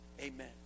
Amen